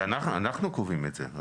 זה אנחנו קובעים את זה.